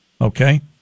Okay